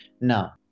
now